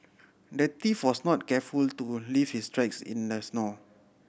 the thief was not careful to leave his tracks in the snow